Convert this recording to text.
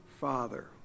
Father